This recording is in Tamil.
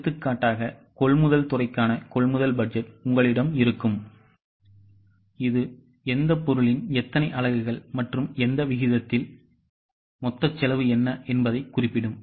எடுத்துக்காட்டாக கொள்முதல் துறைக்கான கொள்முதல் பட்ஜெட் உங்களிடம் இருக்கும் இது எந்த பொருளின் எத்தனை அலகுகள் மற்றும் எந்த விகிதத்தில் மொத்த செலவு என்ன என்பதைக் குறிப்பிடும்